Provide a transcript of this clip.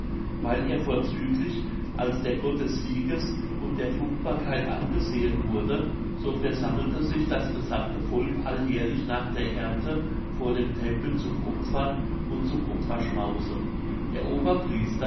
weil er vorzüglich als der gott des sieges und der fruchtbarkeit angesehen wurde so versammelte sich das gesammte volk alljährlich nach der ernte vor dem tempel zum opfern und zum opferschmause der